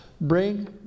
Bring